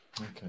Okay